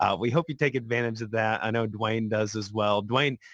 um we hope you take advantage of that. i know dwayne does as well. dwayne,